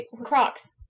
Crocs